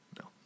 No